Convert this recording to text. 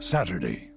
Saturday